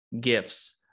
gifts